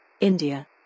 India